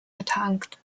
betankt